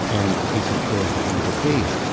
and this of course isn't the case,